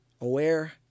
aware